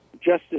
justice